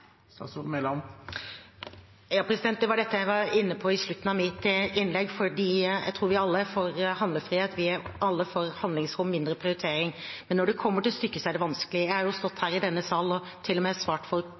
Ja, det var dette jeg var inne på i slutten av mitt innlegg, for jeg tror vi alle er for handlefrihet, vi er alle for handlingsrom og mindre prioritering. Men når det kommer til stykket, er det vanskelig. Jeg har jo stått her i denne sal og til og med svart